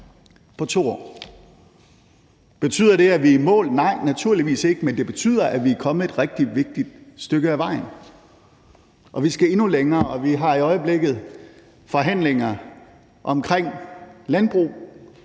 på 2 år. Betyder det, at vi er i mål? Nej, naturligvis ikke, men det betyder, at vi er kommet et rigtig vigtigt stykke af vejen. Og vi skal endnu længere, og vi har i øjeblikket forhandlinger omkring landbrug,